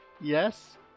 yes